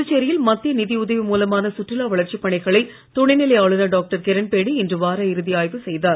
புதுச்சேரியில் மத்திய நிதி உதவி மூலமான சுற்றுலா வளர்ச்சிப் பணிகளை துணைநிலை ஆளுநர் டாக்டர் கிரண்பேடி இன்று வார இறுதி ஆய்வு செய்தார்